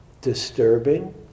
disturbing